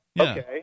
okay